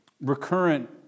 recurrent